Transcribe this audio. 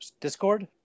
discord